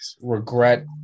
regret –